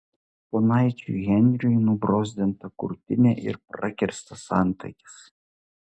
ponaičiui henriui nubrozdinta krūtinė ir prakirstas antakis